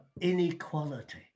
inequality